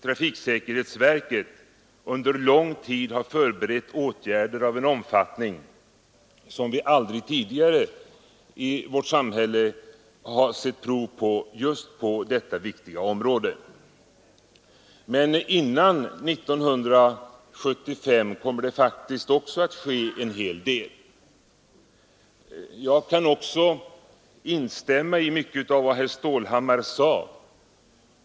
Trafiksäkerhetsverket har därvid under lång tid förberett åtgärder som vi aldrig tidigare i vårt sam hälle har sett prov på inom detta viktiga område. Men redan före 1975 kommer det faktiskt att ske en hel del. Jag kan instämma i mycket av vad herr Stålhammar sade.